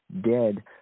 dead